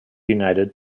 united